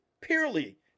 purely